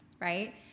right